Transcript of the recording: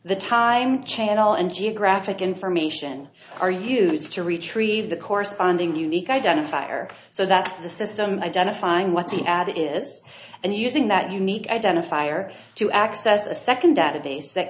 the time channel and geographic information are used to retrieve the corresponding unique identifier so that's the system identifying what the ad is and using that unique identifier to access a second database that